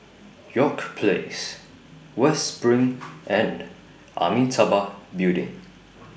York Place West SPRING and Amitabha Building